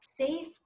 safe